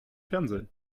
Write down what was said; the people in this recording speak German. fernsehen